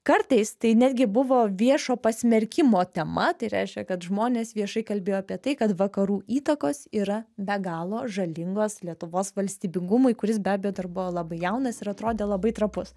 kartais tai netgi buvo viešo pasmerkimo tema tai reiškia kad žmonės viešai kalbėjo apie tai kad vakarų įtakos yra be galo žalingos lietuvos valstybingumui kuris be abejo dar buvo labai jaunas ir atrodė labai trapus